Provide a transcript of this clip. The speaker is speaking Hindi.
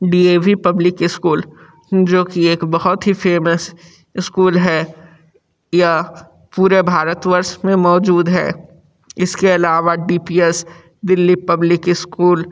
D A V public school जो कि एक बहुत ही फ़ेमस स्कूल है यह पूरे भारतवर्ष में मौजूद है इसके अलावा D P S Delhi public school